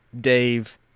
Dave